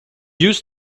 use